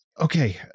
okay